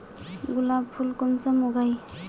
गुलाब फुल कुंसम उगाही?